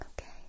Okay